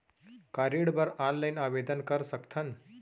का ऋण बर ऑनलाइन आवेदन कर सकथन?